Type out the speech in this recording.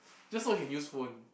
just so he can use phone